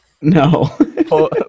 No